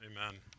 amen